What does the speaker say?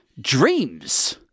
dreams